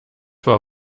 war